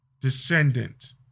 descendant